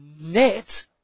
Net